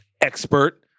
expert